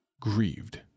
grieved